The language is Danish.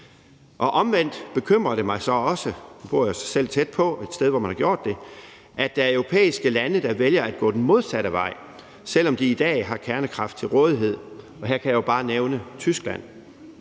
man har gjort det – at der er europæiske lande, der vælger at gå den modsatte vej, selv om de i dag har kernekraft til rådighed. Her kan jeg jo bare nævne Tyskland.